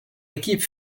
équipe